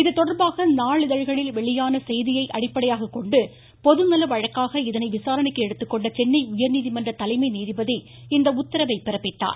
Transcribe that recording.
இதுதொடர்பாக நாளிதழ்களில் வெளியான செய்தியை அடிப்படையாக கொண்டு பொது நல வழக்காக இதனை விசாரணைக்கு எடுத்துக்கொண்ட சென்னை உயர்நீதிமன்ற தலைமை நீதிபதி இந்த உத்தரவை பிறப்பித்தார்